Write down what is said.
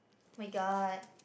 my-god